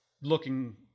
looking